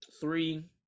Three